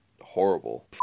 horrible